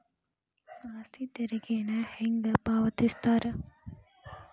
ಆಸ್ತಿ ತೆರಿಗೆನ ಹೆಂಗ ಪಾವತಿಸ್ತಾರಾ